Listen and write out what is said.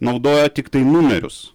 naudoja tiktai numerius